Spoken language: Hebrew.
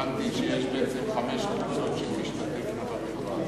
הבנתי שיש בעצם חמש קבוצות שתשתתפנה במכרז.